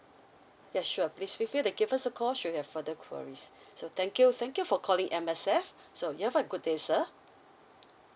yeah sure please feel free to give us a call should have further queries so thank you thank you for calling M_S_F so you have a good day sir